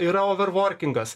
yra overvorkingas